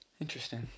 Interesting